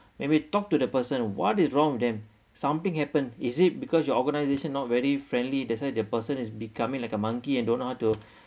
may be talk to the person what is wrong with them something happen is it because your organisation not very friendly that's why the person is becoming like a monkey and don't know how to